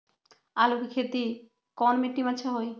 आलु के खेती कौन मिट्टी में अच्छा होइ?